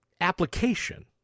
application